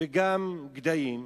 וגם גדיים,